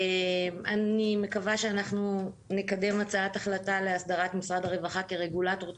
אני מקווה שנקדם הצעת החלטה להסדרת משרד הרווחה כרגולטור תכנוני,